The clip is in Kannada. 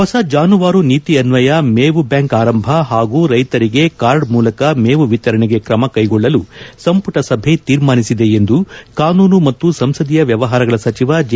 ಹೊಸ ಜಾನುವಾರು ನೀತಿ ಅನ್ನಯ ಮೇವು ಬ್ಯಾಂಕ್ ಆರಂಭ ಹಾಗೂ ರೈತರಿಗೆ ಕಾರ್ಡ್ ಮೂಲಕ ಮೇವು ವಿತರಣೆಗೆ ಕ್ರಮಕ್ಕೆಗೊಳ್ಳಲು ಸಂಪುಟ ಸಭೆ ತೀರ್ಮಾನಿಸಿದೆ ಎಂದು ಕಾನೂನು ಮತ್ತು ಸಂಸದೀಯ ವ್ವವಹಾರಗಳ ಸಚಿವ ಜಿ